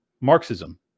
Marxism